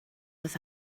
this